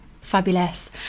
fabulous